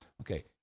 Okay